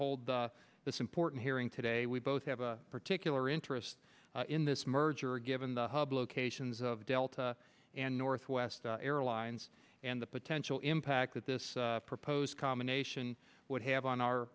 hold this important hearing today we both have a particular interest in this merger given the hub locations of delta and northwest airlines and the potential impact that this proposed combination would have on our